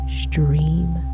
stream